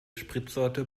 spritsorte